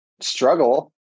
struggle